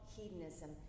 hedonism